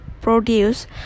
produce